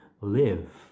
live